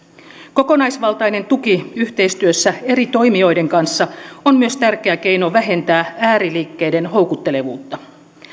kokonaisvaltainen tuki yhteistyössä eri toimijoiden kanssa on myös tärkeä keino vähentää ääriliikkeiden houkuttelevuutta